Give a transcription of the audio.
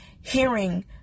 hearing